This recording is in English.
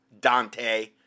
Dante